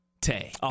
Tay